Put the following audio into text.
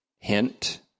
Hint